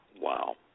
Wow